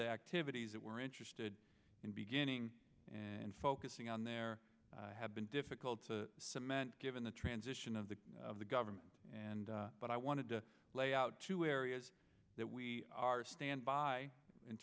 the activities that we're interested in beginning and focusing on there have been difficult to cement given the transition of the of the government and but i wanted to lay out two areas that we are stand by in